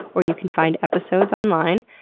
or you can find episodes online.